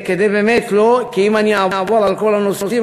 אם אני אעבור על כל הנושאים,